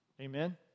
Amen